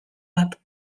bat